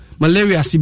malaria